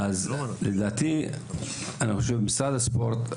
לדעתי, משרד הספורט,